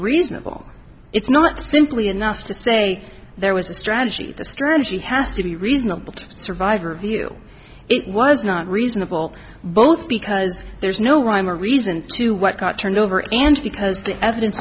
reasonable it's not simply enough to say there was a strategy the strategy has to be reasonable to survivor view it was not reasonable both because there's no rhyme or reason to what got turned over and because the evidence